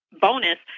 bonus